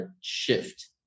shift